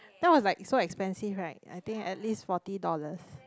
that was like so expensive right I think at least forty dollars